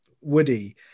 Woody